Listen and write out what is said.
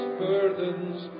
burdens